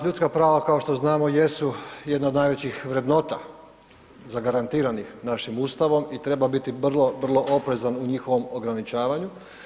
Ljudska prava kao što znamo jesu jedna od najvećih vrednota zagarantiranih našim Ustavom i treba biti vrlo, vrlo oprezan u njihovom ograničavanju.